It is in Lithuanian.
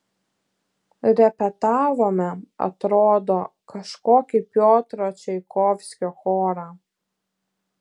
repetavome atrodo kažkokį piotro čaikovskio chorą